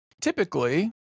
typically